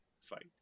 Fight